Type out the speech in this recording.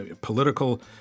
political